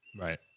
Right